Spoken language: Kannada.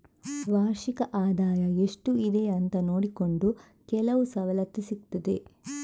ವಾರ್ಷಿಕ ಆದಾಯ ಎಷ್ಟು ಇದೆ ಅಂತ ನೋಡಿಕೊಂಡು ಕೆಲವು ಸವಲತ್ತು ಸಿಗ್ತದೆ